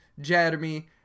Jeremy